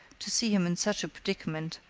to see him in such a predicament,